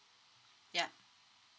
yeah